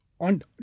on